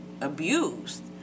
abused